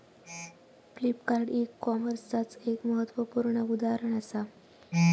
Flipkart e कॉमर्सचाच एक महत्वपूर्ण उदाहरण असा